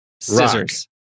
Scissors